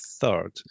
third